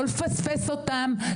לא לפספס אותן,